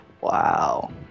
wow